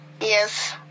yes